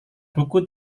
buku